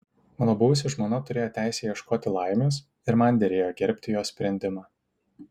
mano buvusi žmona turėjo teisę ieškoti laimės ir man derėjo gerbti jos sprendimą